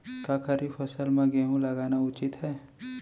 का खरीफ फसल म गेहूँ लगाना उचित है?